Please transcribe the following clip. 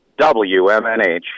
WMNH